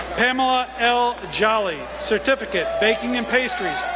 pamela l. jolly, certificate, baking and pastries,